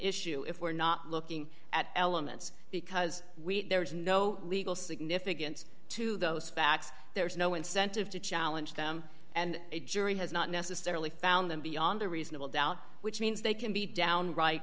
issue if we're not looking at elements because we there is no legal significance to those facts there's no incentive to challenge them and a jury has not necessarily found them beyond a reasonable doubt which means they can be downright